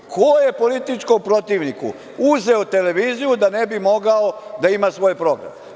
Ko je političkom protivniku uzeo televiziju da ne bi mogao da ima svoj program?